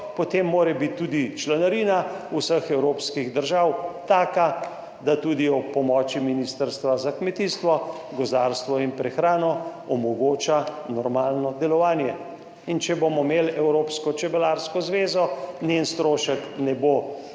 potem mora biti tudi članarina vseh evropskih držav taka, da tudi ob pomoči Ministrstva za kmetijstvo, gozdarstvo in prehrano omogoča normalno delovanje, in če bomo imeli Evropsko čebelarsko zvezo, njen strošek ne bo